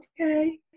okay